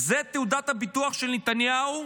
זו תעודת הביטוח של נתניהו,